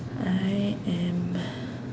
I am